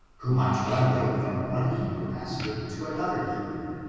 who might run away from one hebrew master to another hebrew,